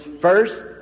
first